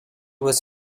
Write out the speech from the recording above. was